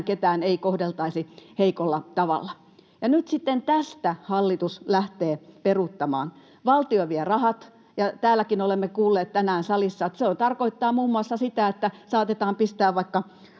ketään ei kohdeltaisi heikolla tavalla. Nyt sitten tästä hallitus lähtee peruuttamaan. Valtio vie rahat, ja täälläkin olemme kuulleet tänään salissa, että se tarkoittaa muun muassa sitä, että saatetaan pistää vaikka